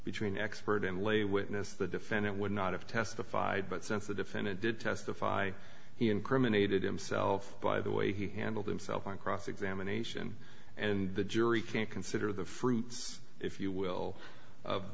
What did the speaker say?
between expert and lay witness the defendant would not have testified but since the defendant did testify he incriminated himself by the way he handled himself on cross examination and the jury can consider the fruits if you will